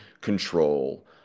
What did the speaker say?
control